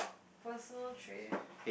personal trait